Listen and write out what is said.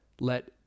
let